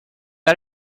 got